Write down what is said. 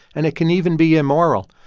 and it can even be immoral.